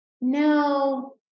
No